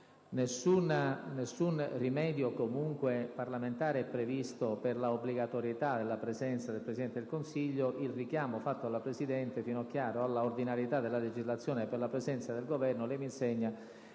nessun rimedio parlamentare è previsto per la obbligatorietà della presenza del Presidente del Consiglio. Il richiamo fatto dalla presidente Finocchiaro alla ordinarietà della legislazione per la presenza del Governo - lei mi insegna